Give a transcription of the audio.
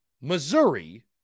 Missouri